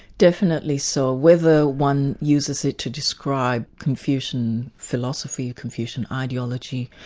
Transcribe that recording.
definitely so. whether one uses it to describe confucian philosophy, confucian ideology,